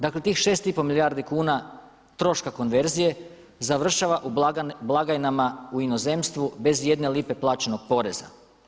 Dakle, tih šest i pol milijardi kuna troška konverzije završava u blagajnama u inozemstvu bez ijedne lipe plaćenog poreza.